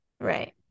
Right